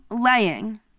laying